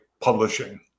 publishing